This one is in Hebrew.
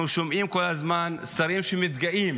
אנחנו שומעים כל הזמן שרים שמתגאים